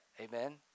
Amen